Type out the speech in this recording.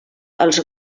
als